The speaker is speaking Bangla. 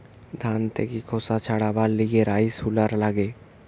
ধান থেকে খোসা ছাড়াবার লিগে রাইস হুলার লাগে